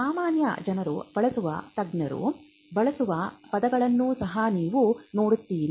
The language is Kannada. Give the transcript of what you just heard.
ಸಾಮಾನ್ಯ ಜನರು ಬಳಸುವ ತಜ್ಞರು ಬಳಸುವ ಪದಗಳನ್ನು ಸಹ ನೀವು ನೋಡುತ್ತೀರಿ